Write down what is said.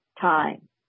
time